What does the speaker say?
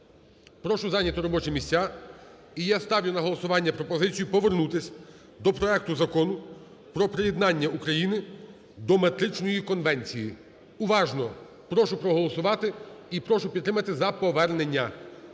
прошу зайняти робочі місця. І я ставлю на голосування пропозицію повернутися до проекту Закону про приєднання України до Метричної конвенції. Уважно прошу проголосувати і прошу підтримати за повернення.